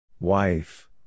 Wife